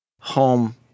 home